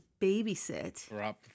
babysit